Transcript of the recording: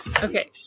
Okay